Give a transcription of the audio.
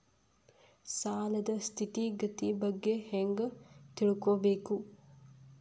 ಸಾಲದ್ ಸ್ಥಿತಿಗತಿ ಬಗ್ಗೆ ಹೆಂಗ್ ತಿಳ್ಕೊಬೇಕು?